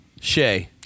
Shay